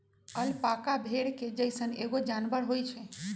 alpaca भेड़ के जइसन एगो जानवर होई छई